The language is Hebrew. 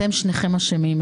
אתם שניכם אשמים.